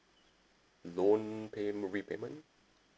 loan paym~ repayment